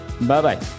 Bye-bye